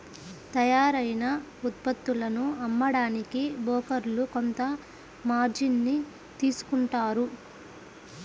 తయ్యారైన ఉత్పత్తులను అమ్మడానికి బోకర్లు కొంత మార్జిన్ ని తీసుకుంటారు